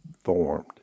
formed